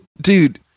Dude